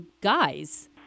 guys